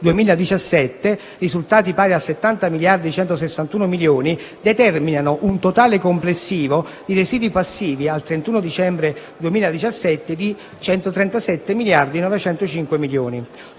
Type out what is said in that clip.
2017, risultati pari a 70.161 milioni di euro, determinano un totale complessivo di residui passivi al 31 dicembre 2017 di 137.905 milioni.